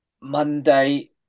Monday